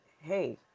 hey